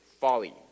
folly